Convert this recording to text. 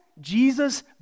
Jesus